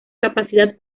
capacidad